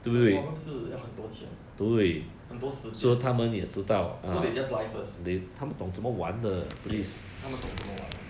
the problem 是要很多钱很多时间 so they just lie first yes 他们懂这么玩